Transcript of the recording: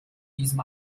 diesem